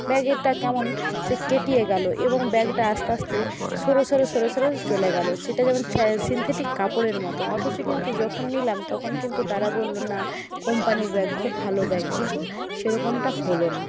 ব্যাগেরটা কেমন সেই কেটিয়ে গেল এবং ব্যাগটা আস্তে আস্তে সরে সরে সরে সরে চলে গেল সেটা যেমন সিনথেটিক কাপড়ের মতন অথচ কিন্তু যখন নিলাম তখন কিন্তু তারা বললো না কোম্পানির ব্যাগ খুব ভালো ব্যাগ কিন্তু সেরকমটা হল না